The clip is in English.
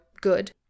good